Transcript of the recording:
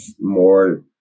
more